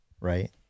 Right